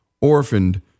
orphaned